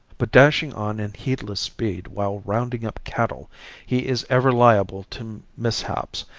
but dashing on in heedless speed while rounding up cattle he is ever liable to mishaps,